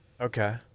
Okay